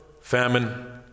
famine